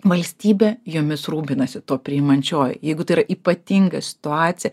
valstybė jumis rūpinasi priimančioji jeigu tai yra ypatinga situacija